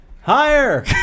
Higher